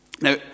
Now